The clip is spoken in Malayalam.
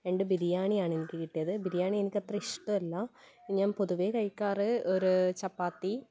രണ്ട് ബിരിയാണി ആണ് എനിക്ക് കിട്ടിയത് ബിരിയാണി എനിക്ക് അത്ര ഇഷ്ട്ടമല്ല ഞാൻ പൊതുവെ കഴിക്കാറ് ഒരു ചപ്പാത്തി